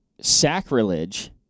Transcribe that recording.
sacrilege